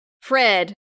Fred